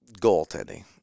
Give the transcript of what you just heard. Goaltending